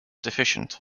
deficient